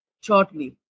shortly